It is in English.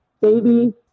baby